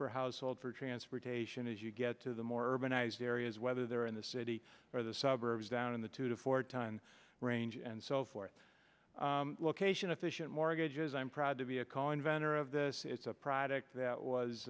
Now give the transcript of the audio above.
per household for transportation as you get to the more urbanized areas whether they're in the city or the suburbs down in the two to four times range and so forth location efficient mortgages i'm proud to be a call inventor of this it's a product that was